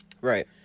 Right